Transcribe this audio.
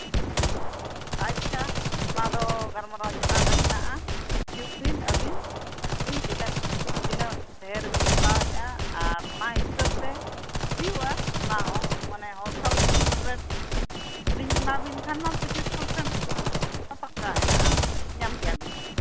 ᱟᱪᱪᱷᱟ ᱟᱪᱪᱷᱟ ᱚᱱᱟᱫᱚ ᱜᱟᱞᱢᱟᱨᱟᱣ ᱪᱮᱛᱟᱱ ᱨᱮ ᱦᱮᱱᱟᱜᱼᱟ ᱦᱤᱡᱩᱜ ᱵᱤᱱ ᱟᱹᱵᱤᱱ ᱧᱮᱞ ᱵᱤᱱ ᱛᱤᱱᱟᱹᱜ ᱛᱤᱱᱟᱹᱜ ᱰᱷᱮᱨ ᱵᱤᱱ ᱦᱟᱛᱟᱣᱮᱜᱼᱟ ᱟᱨ ᱚᱱᱟ ᱦᱤᱥᱟᱹᱵᱽ ᱛᱮ ᱦᱩᱭᱩᱜᱼᱟ ᱚᱱᱟ ᱦᱚᱸ ᱢᱟᱱᱮ ᱦᱳᱞᱥᱮᱹᱞ ᱨᱮᱹᱴ ᱞᱤᱧ ᱮᱢᱟ ᱵᱤᱱ ᱠᱷᱟᱱ ᱢᱟ ᱯᱚᱸᱪᱤᱥ ᱯᱟᱨᱥᱮᱱᱴ ᱯᱟᱠᱠᱟ ᱦᱮᱱᱟᱜᱼᱟ ᱧᱮᱢ ᱜᱮᱭᱟᱵᱤᱱ